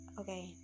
okay